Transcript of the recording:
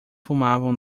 fumavam